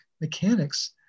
mechanics